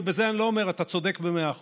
ובזה, אני לא אומר, אתה צודק במאה אחוז.